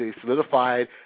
solidified